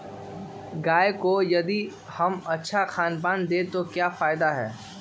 गाय को यदि हम अच्छा खानपान दें तो क्या फायदे हैं?